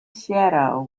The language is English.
shadow